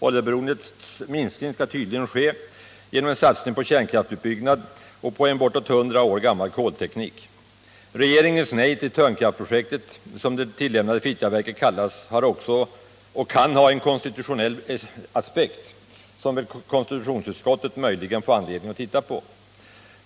Minskningen av oljeberoendet skall tydligen ske genom en satsning på kärnkraftsutbyggnad och en bortåt 100 år gammal kolteknik. Regeringens nej till Törnkraftprojektet, som det tillämnade Fittjaverket kallas, har också en konstitutionell aspekt, som konstitutionsutskottet möjligen får anledning att titta på.